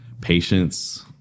patience